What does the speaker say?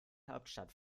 hauptstadt